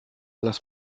lass